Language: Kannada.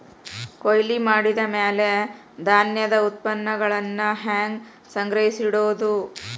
ಕೊಯ್ಲು ಮಾಡಿದ ಮ್ಯಾಲೆ ಧಾನ್ಯದ ಉತ್ಪನ್ನಗಳನ್ನ ಹ್ಯಾಂಗ್ ಸಂಗ್ರಹಿಸಿಡೋದು?